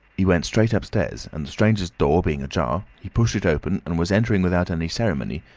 he went straight upstairs, and the stranger's door being ajar, he pushed it open and was entering without any ceremony,